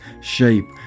shape